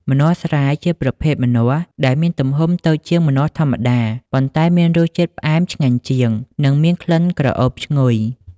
ម្នាស់ស្រែ ជាប្រភេទម្នាស់ដែលមានទំហំតូចជាងម្នាស់ធម្មតា ប៉ុន្តែមានរសជាតិផ្អែមឆ្ងាញ់ជាង និងមានក្លិនក្រអូបឈ្ងុយ។